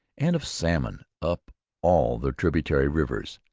and of salmon up all the tributary rivers.